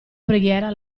preghiera